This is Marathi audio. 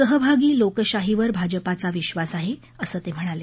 सहभागी लोकशाहीवर भाजपाचा विश्वास आहे असं ते म्हणाले